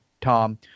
Tom